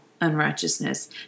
unrighteousness